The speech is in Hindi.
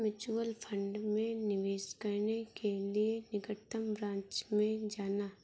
म्यूचुअल फंड में निवेश करने के लिए निकटतम ब्रांच में जाना